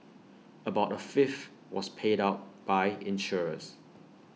about A fifth was paid out by insurers